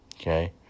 okay